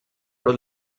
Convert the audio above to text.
tot